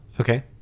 Okay